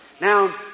Now